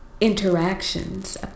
interactions